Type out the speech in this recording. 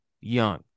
Young